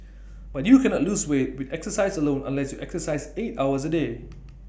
but you cannot lose weight with exercise alone unless you exercise eight hours A day